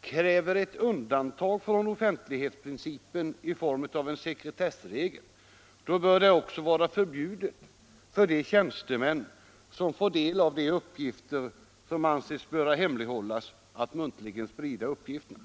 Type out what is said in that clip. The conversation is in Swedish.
kräver ett undantag från offentlighetsprincipen i form av en sekretessregel, då bör det också vara förbjudet för de tjänstemän som får del av de uppgifter, som anses böra hemlighållas, att muntligen sprida uppgifterna.